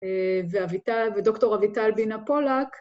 ‫ודוקטור אביטל בינה פולק.